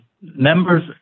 members